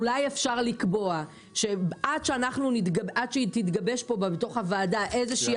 אולי אפשר לקבוע שעד שתתגבש פה בוועדה איזה שהיא